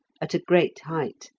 at a great height.